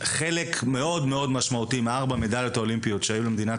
שחלק משמעותי מארבע המדליות שהיו למדינת